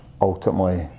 ultimately